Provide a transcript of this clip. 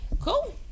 Cool